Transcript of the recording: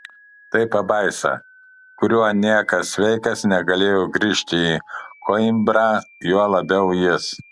tai pabaisa kuriuo niekas sveikas negalėjo grįžti į koimbrą juo labiau jis